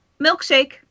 Milkshake